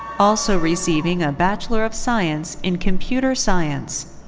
also receiving a bachelor of science in computer science.